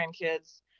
grandkids